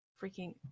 freaking